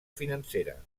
financera